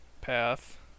path